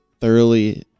thoroughly